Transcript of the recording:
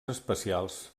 especials